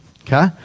Okay